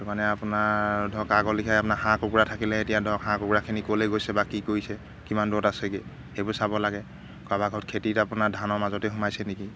সেইটো কাৰণে আপোনাৰ ধৰক আপোনাৰ হাঁহ কুকুৰা থাকিলে এতিয়া ধৰক হাঁহ কুকুৰাখিনি ক'লে গৈছে বা কি কৰিছে কিমান দূৰত আছেগৈ সেইবোৰ চাব লাগে কাৰোবাৰ ঘৰত খেতিত আপোনাৰ ধানৰ মাজতে সোমাইছে নেকি